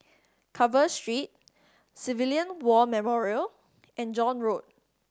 Carver Street Civilian War Memorial and John Road